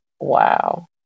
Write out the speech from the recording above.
wow